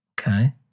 Okay